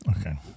Okay